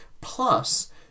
Plus